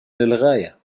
للغاية